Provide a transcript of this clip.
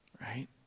Right